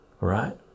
right